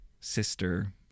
sister